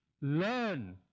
learn